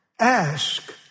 ask